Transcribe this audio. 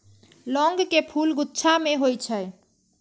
लौंग के फूल गुच्छा मे होइ छै